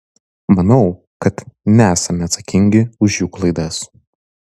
manau kad nesame atsakingi už jų klaidas